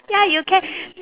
ya you can